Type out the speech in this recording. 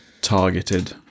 targeted